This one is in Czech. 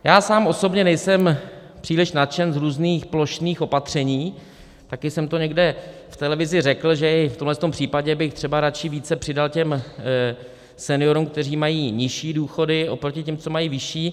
Já sám osobně nejsem příliš nadšen z různých plošných opatření, taky jsem to někde v televizi řekl, že v tomto případě bych třeba radši více přidal seniorům, kteří mají nižší důchody, oproti těm, co mají vyšší.